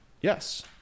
Yes